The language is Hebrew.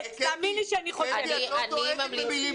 קטי, את לא דואגת במילימטר.